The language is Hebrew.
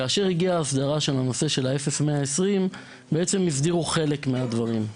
כאשר הגיעה ההסדרה של 0120* הסדירו חלק מהדברים.